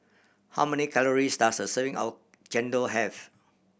how many calories does a serving of chendol have